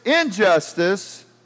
injustice